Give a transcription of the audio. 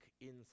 inside